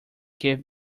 gave